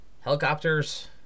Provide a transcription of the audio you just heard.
Helicopters